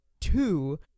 two